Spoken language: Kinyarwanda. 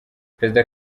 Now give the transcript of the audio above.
perezida